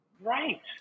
Right